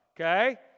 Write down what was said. Okay